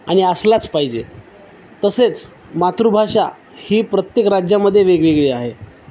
आणि असलाच पाहिजे तसेच मातृभाषा ही प्रत्येक राज्यामध्ये वेगवेगळी आहे